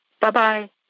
Bye-bye